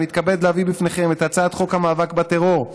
אני מתכבד להביא בפניכם את הצעת חוק המאבק בטרור.